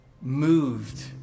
moved